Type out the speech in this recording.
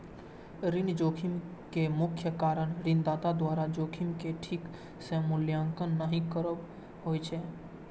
ऋण जोखिम के मुख्य कारण ऋणदाता द्वारा जोखिम के ठीक सं मूल्यांकन नहि करब होइ छै